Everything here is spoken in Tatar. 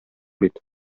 бит